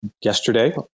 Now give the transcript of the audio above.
yesterday